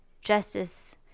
justice